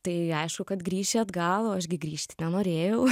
tai aišku kad grįši atgal o aš gi grįžti nenorėjau